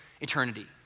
eternity